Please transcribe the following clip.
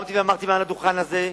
קמתי ואמרתי מעל לדוכן הזה,